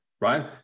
right